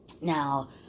Now